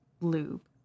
lube